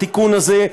התיקון הזה,